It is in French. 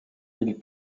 ils